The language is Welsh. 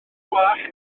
wallt